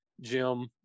jim